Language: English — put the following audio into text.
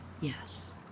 yes